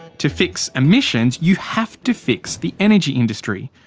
to fix emissions, you have to fix the energy industry.